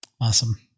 Awesome